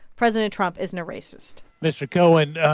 president trump isn't a racist mr. cohen,